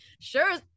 sure